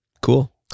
Cool